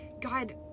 God